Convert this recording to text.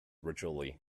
ritually